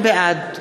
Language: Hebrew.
בעד